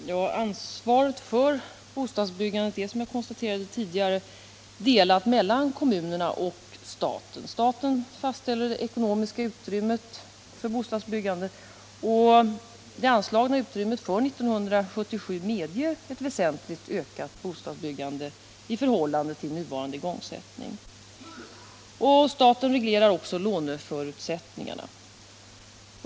Herr talman! Ansvaret för bostadsbyggandet är, som jag konstaterade tidigare, delat mellan kommunerna och staten. Staten fastställer det ekonomiska utrymmet för bostadsbyggandet, och det anslagna utrymmet för 1977 medger ett väsentligt ökat bostadsbyggande i förhållande till nuvarande igångsättning. Staten reglerar också låneförutsättningarna.